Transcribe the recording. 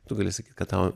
tu gali sakyt kad tau